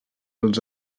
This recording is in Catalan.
els